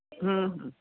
ହୁଁ ହୁଁ